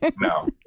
no